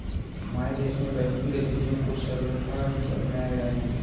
हमारे देश में बैंकिंग गतिविधियां को सर्वथा ही अपनाया गया है